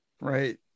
Right